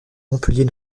montpellier